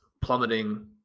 plummeting